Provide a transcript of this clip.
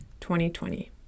2020